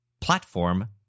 platform